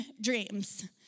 dreams